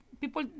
People